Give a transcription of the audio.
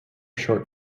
short